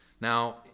Now